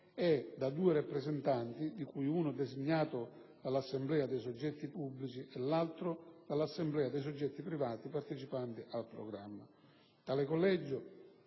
e da due rappresentanti, di cui uno designato dall'assemblea dei soggetti pubblici e l'altro dall'assemblea dei soggetti privati partecipanti al programma. Tale collegio